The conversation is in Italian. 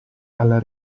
alla